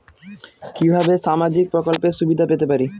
কিভাবে সামাজিক প্রকল্পের সুবিধা পেতে পারি?